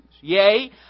Yea